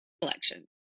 collection